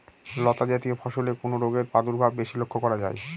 লতাজাতীয় ফসলে কোন রোগের প্রাদুর্ভাব বেশি লক্ষ্য করা যায়?